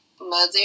mother